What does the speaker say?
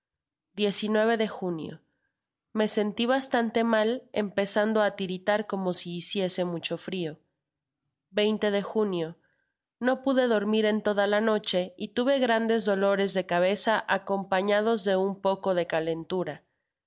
de junio me senti bastante mal empezando á tiritar como si hiciese mucho frio de junio no pude dormir en toda la noche y tuve grandes dolores de cabeza acompañados de un poco de calentura